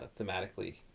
thematically